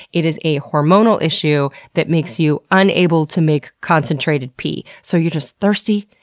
it is a hormonal issue that makes you unable to make concentrated pee. so you're just thirsty,